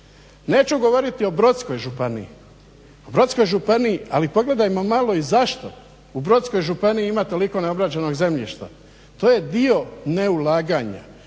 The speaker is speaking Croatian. Neću govoriti o Brodskoj županiji. Ali pogledajmo malo i zašto u Brodskoj županiji ima toliko neobrađenog zemljišta. To je dio neulaganja.